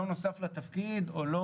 ולא נוסף לתפקיד, או לא